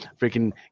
Freaking